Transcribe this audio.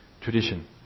tradition